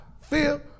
feel